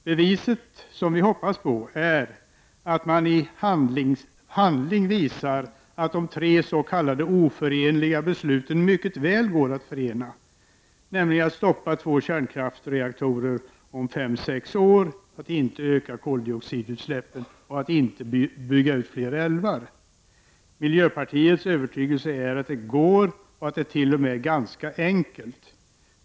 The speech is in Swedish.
Beviset som vi hoppas på är att man i handling visar att de tre s.k. oförenliga besluten mycket väl går att förena, nämligen att stoppa två kärnkraftsreaktorer om fem sex år, att inte öka koldioxidutsläppen och inte bygga ut fler älvar. Miljöpartiets övertygelse är att det går och att det t.o.m. är ganska enkelt.